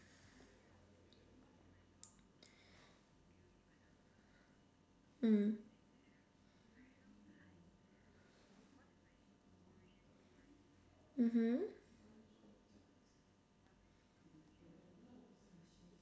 mm mmhmm